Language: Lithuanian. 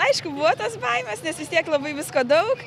aišku buvo tos baimės nes vis tiek labai visko daug